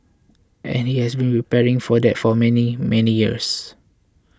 and he has been preparing for that for many many years